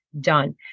done